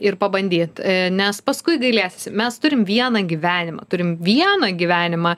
ir pabandyt nes paskui gailėsiesi mes turim vieną gyvenimą turim vieną gyvenimą